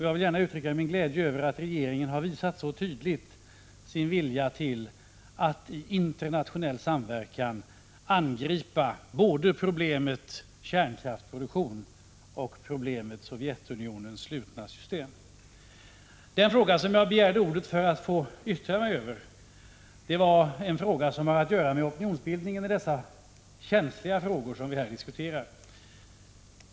Jag vill gärna uttrycka min glädje över att regeringen så tydligt har visat sin vilja att i internationell samverkan angripa både problemet kärnkraftsproduktion och problemet Sovjetunionens slutna system. Den fråga som jag har begärt ordet för att få yttra mig i har att göra med opinionsbildningen i de känsliga frågor som vi här diskuterar.